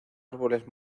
árboles